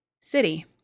city